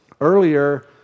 Earlier